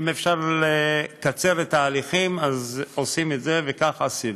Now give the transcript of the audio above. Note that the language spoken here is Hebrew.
ואם אפשר לקצר את ההליכים אז עושים את זה וכך עשינו,